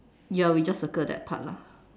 ya we just circle that part lah